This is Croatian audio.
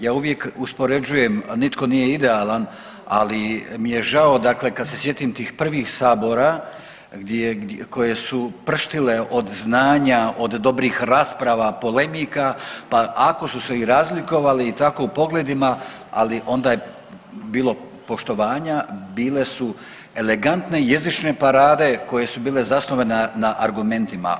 Ja uvijek uspoređujem nitko nije idealan ali mi je žao kad se sjetim tih prvih sabora koje su prštile od znanja, od dobrih rasprava, polemika pa ako su se i razlikovali i tako u pogledima, ali onda je bilo poštovanja, bile su elegantne jezične parade koje su bile zasnovane na argumentima.